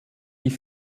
die